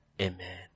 Amen